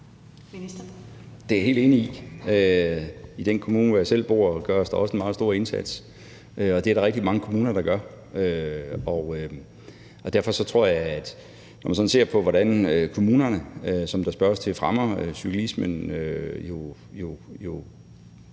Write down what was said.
Det er jeg helt enig i. I den kommune, hvor jeg selv bor, gør man også en meget stor indsats, og det er der rigtig mange kommuner der gør. Og derfor tror jeg, at når man ser på, hvordan kommunerne fremmer cyklismen, som